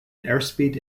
airspeed